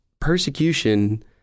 persecution